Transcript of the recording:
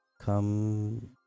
come